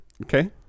Okay